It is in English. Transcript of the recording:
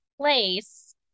place